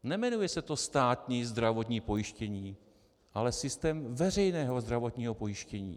Nejmenuje se to státní zdravotní pojištění, ale systém veřejného zdravotního pojištění.